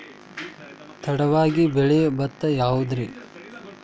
ತಡವಾಗಿ ಬೆಳಿಯೊ ಭತ್ತ ಯಾವುದ್ರೇ?